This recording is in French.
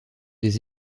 des